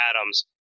Adams